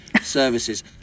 Services